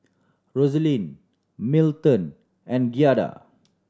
Rosalyn Milton and Giada